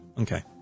Okay